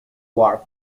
guard